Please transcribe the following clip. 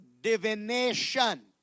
divination